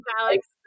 Alex